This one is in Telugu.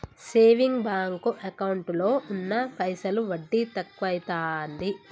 సేవింగ్ బాంకు ఎకౌంటులో ఉన్న పైసలు వడ్డి తక్కువైతాంది